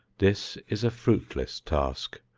this is a fruitless task.